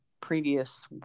previous